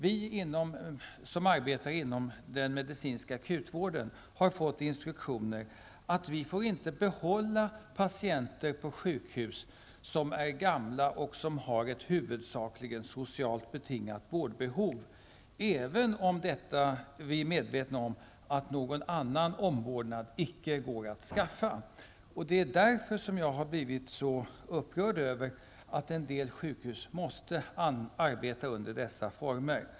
Vi som arbetar inom den medicinska akutvården har fått instruktioner om att vi inte på sjukhusen får behålla patienter som är gamla och som har ett huvudsakligen socialt betingat vårdbehov även om vi är medvetna om att någon annan omvårdnad icke går att skaffa. Det är därför jag har blivit så upprörd över att en del sjukhus måste arbeta under dessa former.